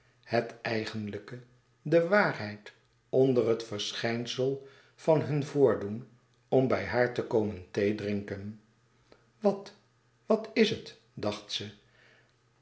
het eigenlijke de waarheid onder het verschijnsel van hun voordoen om bij haar te komen thee drinken wat wat is het dacht ze